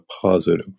positive